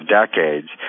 decades